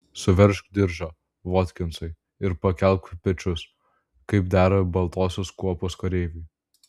suveržk diržą votkinsai ir pakelk pečius kaip dera baltosios kuopos kareiviui